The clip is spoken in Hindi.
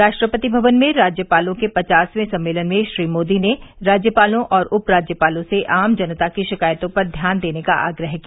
राष्ट्रपति भवन में राज्यपालों के पचासवें सम्मेलन में श्री मोदी ने राज्यपालों और उप्राज्यपालों से आम जनता की शिकायतों पर ध्यान देने का आग्रह किया